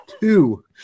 Two